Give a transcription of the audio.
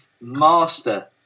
master